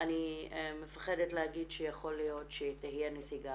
אני מפחדת להגיד שיכול להיות שתהיה נסיגה